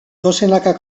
dozenaka